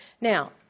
Now